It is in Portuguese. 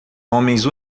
homens